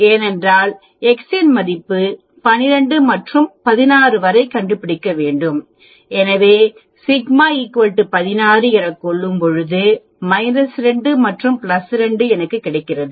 ஏனென்றால் எக்ஸ் இன் மதிப்பு 12 மற்றும் 16 வரை கண்டுபிடிக்க வேண்டும் எனவே Z 16 என கொள்ளும்பொழுது 2 மற்றும் 2 என்று கிடைக்கிறது